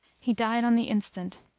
he died on the instant.